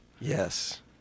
Yes